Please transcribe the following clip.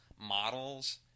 models